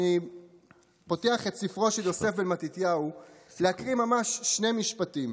אני פותח את ספרו של יוסף בן מתתיהו להקריא ממש שני משפטים: